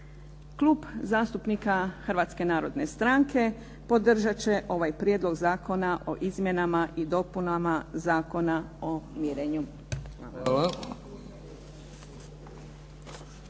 Klub zastupnika Hrvatske narodne stranke podržat će ovaj Prijedlog zakona o izmjenama i dopunama Zakona o mirenju.